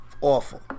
awful